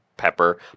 pepper